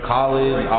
College